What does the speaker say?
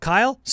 Kyle